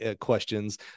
questions